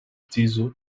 tizzo